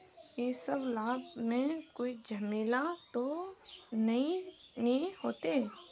इ सब लाभ में कोई झमेला ते नय ने होते?